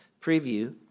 preview